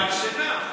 גלגל שנע.